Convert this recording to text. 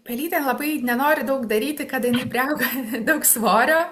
pelytė labai nenori daug daryti kada jinai priauga daug svorio